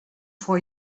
for